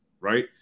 right